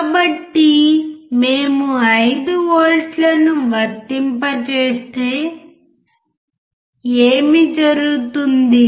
కాబట్టి మేము 5 వోల్టలను వర్తింపజేస్తే ఏమి జరుగుతుంది